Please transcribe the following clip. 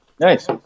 Nice